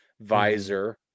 visor